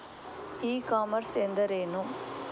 E commerce ಎಂದರೇನು?